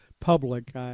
public